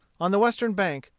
on the western bank,